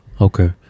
Okay